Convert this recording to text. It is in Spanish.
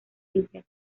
villas